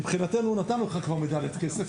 מבחינתנו נתנו לך כבר מדלית כסף,